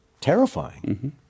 terrifying